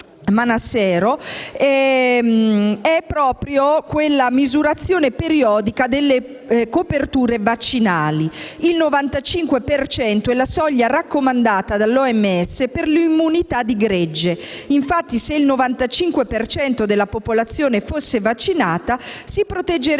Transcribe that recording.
è proprio la misurazione periodica delle coperture vaccinali. Il 95 per cento è la soglia raccomandata dall'OMS per l'immunità di gregge. Infatti, se il 95 per cento della popolazione fosse vaccinata, si proteggerebbero